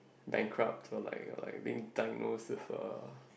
bankrupt or like or like being diagnosed with uh